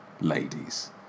ladies